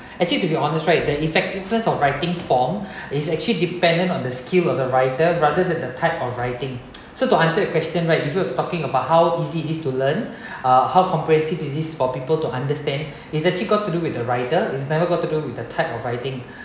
actually to be honest right the effectiveness of writing form is actually dependent on the skills of the the writer rather than the type of writing so to answer your question right you feel talking about how easy it is to learn uh how comprehensive is this for people to understand is actually got to do with the writer it's never got to do with the type of writing